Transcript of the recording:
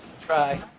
Try